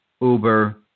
Uber